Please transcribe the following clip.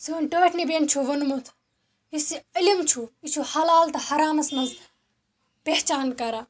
سٲنۍ ٹٲٹھۍ نبِیَن چھُ ووٚنمُت یُس یہِ علم چھُو یہِ چھِو حلال تہٕ حرامَس منٛز پہچان کران